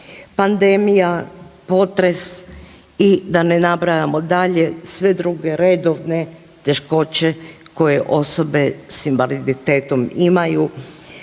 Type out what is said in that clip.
Pandemija, potres i da ne nabrajamo dalje sve druge redovne teškoće koje osobe s invaliditetom imaju